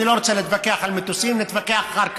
אני לא רוצה להתווכח על מטוסים, נתווכח אחר כך,